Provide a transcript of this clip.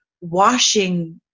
washing